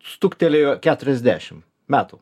stuktelėjo keturiasdešim metų